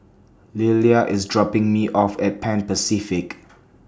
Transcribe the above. Lelia IS dropping Me off At Pan Pacific